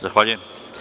Zahvaljujem.